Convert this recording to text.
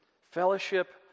Fellowship